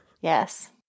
yes